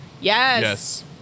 Yes